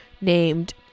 named